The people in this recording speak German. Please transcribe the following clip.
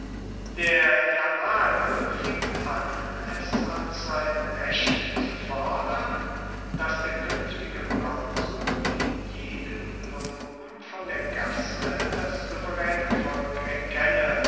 der janhagel fing an es als sein recht zu fordern daß der künftige konsul in jedem lumpen von der gasse das souveräne volk erkenne